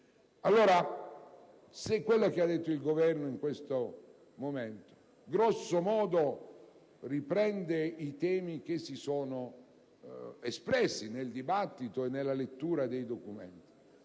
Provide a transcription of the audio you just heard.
Se ciò che ha affermato il Governo in questo momento grosso modo riprende i temi che si sono espressi nel dibattito e nella lettura dei documenti,